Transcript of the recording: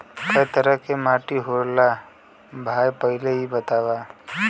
कै तरह के माटी होला भाय पहिले इ बतावा?